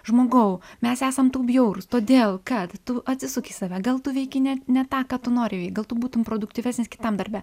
žmogau mes esam tau bjaurūs todėl kad tu atsisuk į save gal tu veiki ne ne tą ką tu nori veikt gal tu būtum produktyvesnis kitam darbe